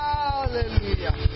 Hallelujah